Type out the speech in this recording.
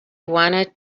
wanted